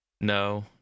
No